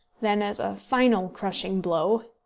then, as a final crushing blow,